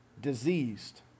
diseased